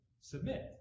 submit